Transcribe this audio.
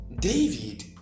David